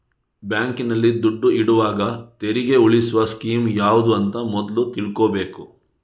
ಬ್ಯಾಂಕಿನಲ್ಲಿ ದುಡ್ಡು ಇಡುವಾಗ ತೆರಿಗೆ ಉಳಿಸುವ ಸ್ಕೀಮ್ ಯಾವ್ದು ಅಂತ ಮೊದ್ಲು ತಿಳ್ಕೊಬೇಕು